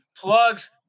plugs